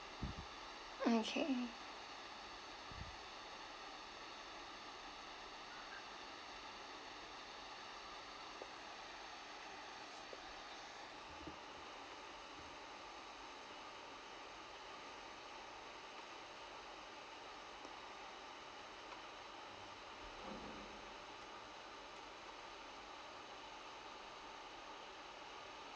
okay